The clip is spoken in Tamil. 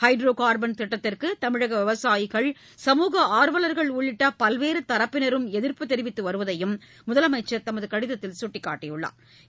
ஹைட்ரோ கார்பன் திட்டத்திற்கு தமிழக விவசாயிகள் சமூக ஆர்வல்கள் உள்ளிட்ட பல்வேறு தரப்பினரும் எதிா்ப்பு தெிவித்து வருவதையும் முதலமைச்சா் தமது கடிதத்தில் கட்டிக்காட்டியுள்ளாா்